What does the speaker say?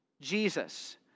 Jesus